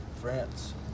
France